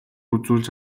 үзүүлж